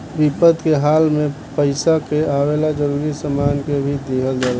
विपद के हाल में पइसा के अलावे जरूरी सामान के भी दिहल जाला